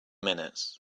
minutes